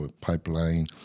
pipeline